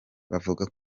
bavuga